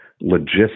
logistics